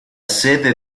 sede